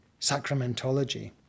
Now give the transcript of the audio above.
sacramentology